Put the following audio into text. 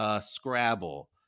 Scrabble